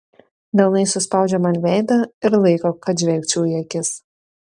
delnais suspaudžia man veidą ir laiko kad žvelgčiau į akis